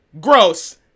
gross